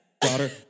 Daughter